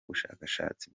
bushakashatsi